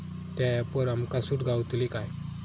त्या ऍपवर आमका सूट गावतली काय?